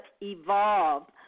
evolved